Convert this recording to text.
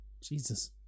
Jesus